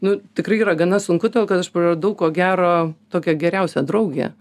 nu tikrai yra gana sunku todėl kad aš praradau ko gero tokią geriausią draugę